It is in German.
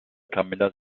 camilla